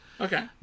Okay